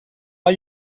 are